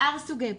ושאר סוגי פגיעה.